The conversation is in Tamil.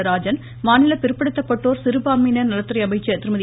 நடராஜன் மாநில பிற்படுத்தப்பட்டோர் சிறுபான்மையினர் நலத்துறை அமைச்சர் திருமதி